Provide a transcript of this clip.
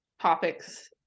topics